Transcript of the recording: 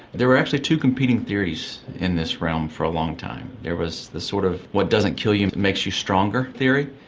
there were actually two competing theories in this realm for a long time. there was the sort of what doesn't kill you makes you stronger theory,